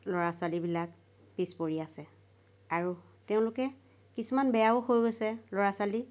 ল'ৰা ছোৱালীবিলাক পিছ পৰি আছে আৰু তেওঁলোকে কিছুমান বেয়াও হৈ গৈছে ল'ৰা ছোৱালী